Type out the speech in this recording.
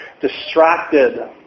distracted